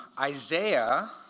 Isaiah